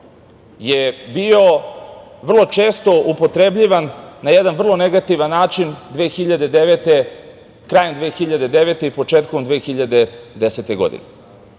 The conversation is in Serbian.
je bio vrlo često upotrebljavan na jedan vrlo negativan način krajem 2009. i početkom 2010. godine.